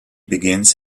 begins